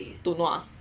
to nua